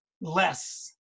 less